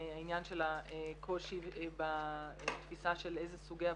העניין של הקושי בתפיסה של איזה סוגי עבודה,